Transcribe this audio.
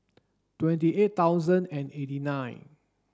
twenty eight thousand and eighty nine